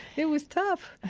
it was tough,